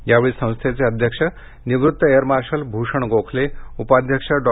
यावेळी संस्थेचे अध्यक्ष निवृत्त एअर मार्शल भूषण गोखले उपाध्यक्ष डॉ